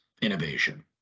innovation